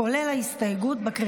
כולל ההסתייגות.